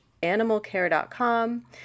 Animalcare.com